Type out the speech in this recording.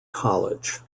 college